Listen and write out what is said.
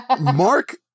Mark